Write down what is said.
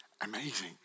amazing